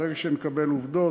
ברגע שנקבל עובדות,